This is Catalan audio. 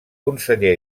conseller